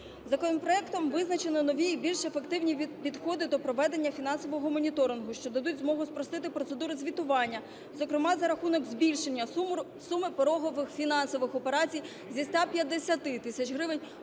Законопроектом визначено нові і більш ефективні підходи до проведення фінансового моніторингу, що дадуть змогу спростити процедуру звітування, зокрема за рахунок збільшення суми порогових фінансових операцій з 150 тисяч гривень